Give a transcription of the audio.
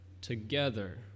together